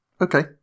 Okay